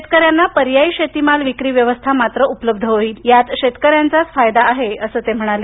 शेतकऱ्यांना पर्यायी शेतीमाल विक्री व्यवस्था मात्र उपलब्ध होईल यात शेतकऱ्यांचा फायदाच आहे असं ते म्हणाले